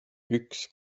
üks